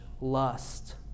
lust